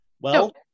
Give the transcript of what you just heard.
Well-